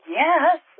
yes